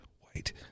white